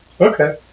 Okay